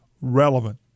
relevant